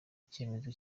icyemezo